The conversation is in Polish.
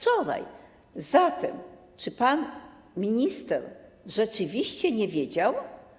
Zatem czy pan minister rzeczywiście nie wiedział?